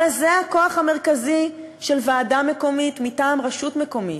הרי זה הכוח המרכזי של ועדה מקומית מטעם רשות מקומית.